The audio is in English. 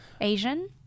Asian